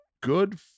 Good